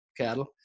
cattle